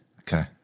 Okay